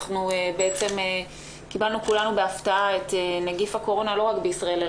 אנחנו בעצם קיבלנו כולנו בהפתעה את נגיף הקורונה לא רק בישראל,